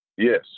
Yes